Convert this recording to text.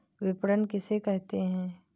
विपणन किसे कहते हैं?